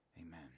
Amen